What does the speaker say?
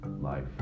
life